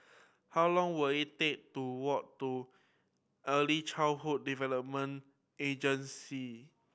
how long will it take to walk to Early Childhood Development Agency